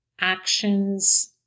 actions